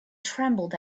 trembled